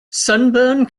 sunburn